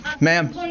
Ma'am